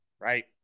right